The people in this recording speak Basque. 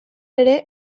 ere